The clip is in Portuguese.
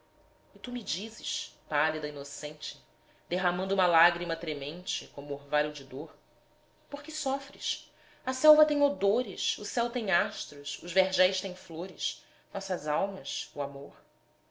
e tu me dizes pálida inocente derramando uma lágrima tremente como orvalho de dor por que sofres a selva tem odores céu tem astros os vergéis têm flores nossas almas o amor